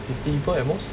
sixty people at most